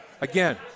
again